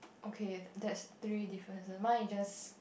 okay that's three differences mine is just